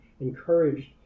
encouraged